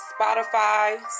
Spotify